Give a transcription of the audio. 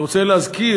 אני רוצה להזכיר,